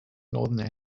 northern